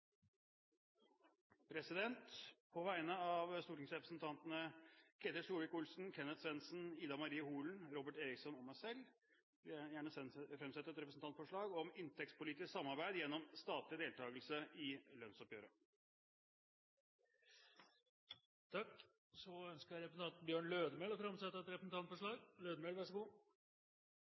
På vegne av stortingsrepresentantene Ketil Solvik-Olsen, Kenneth Svendsen, Ida Marie Holen, Robert Eriksson og meg selv vil jeg gjerne fremsette et representantforslag om inntektspolitisk samarbeid gjennom statlig deltakelse i lønnsoppgjøret. Representanten Bjørn Lødemel ønsker å framsette et representantforslag.